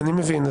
אני מבין.